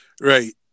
Right